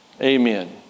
Amen